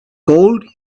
called